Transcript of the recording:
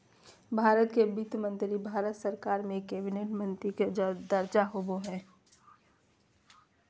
भारत के वित्त मंत्री भारत सरकार में एक कैबिनेट मंत्री के दर्जा होबो हइ